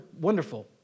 wonderful